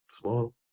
Small